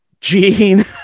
gene